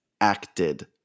acted